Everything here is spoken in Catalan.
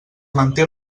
manté